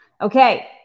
Okay